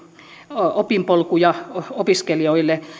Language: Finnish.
opinpolkuja opiskelijoille